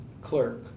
clerk